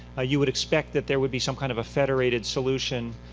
ah you would expect that there would be some kind of a federated solution,